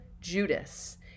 Judas